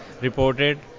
reported